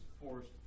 forced